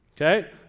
okay